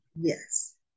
Yes